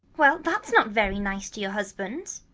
well, that's not very nice to your husband.